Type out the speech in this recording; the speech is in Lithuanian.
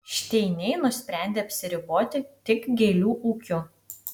šteiniai nusprendė apsiriboti tik gėlių ūkiu